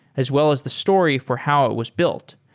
as well as the story for how it was built.